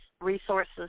resources